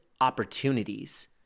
opportunities